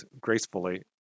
gracefully